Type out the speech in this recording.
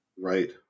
Right